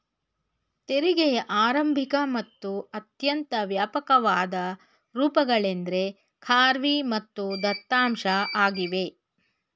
ತೆರಿಗೆಯ ಆರಂಭಿಕ ಮತ್ತು ಅತ್ಯಂತ ವ್ಯಾಪಕವಾದ ರೂಪಗಳೆಂದ್ರೆ ಖಾರ್ವಿ ಮತ್ತು ದತ್ತಾಂಶ ಆಗಿವೆ